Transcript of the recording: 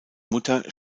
mutter